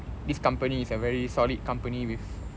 this company is a very solid company with